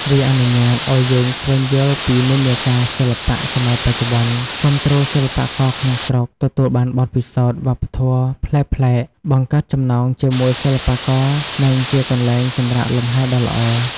វាអនុញ្ញាតឲ្យយើងស្វែងយល់ពីនិន្នាការសិល្បៈសម័យបច្ចុប្បន្ន គាំទ្រសិល្បករក្នុងស្រុក ទទួលបានបទពិសោធន៍វប្បធម៌ប្លែកៗ បង្កើតចំណងជាមួយសិល្បករ និងជាកន្លែងសម្រាកលំហែដ៏ល្អ។